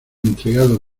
entregado